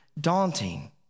daunting